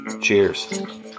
Cheers